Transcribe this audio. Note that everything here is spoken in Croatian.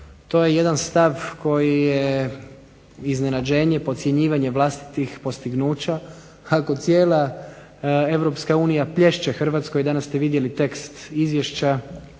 to je jedan stav koji je iznenađenje, podcjenjivanje vlastitih postignuća, ako cijela Europska unija plješće Hrvatskoj, danas ste vidjeli tekst izvješća,